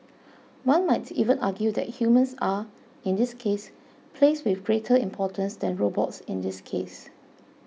one might even argue that humans are in this case placed with greater importance than robots in this case